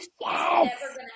yes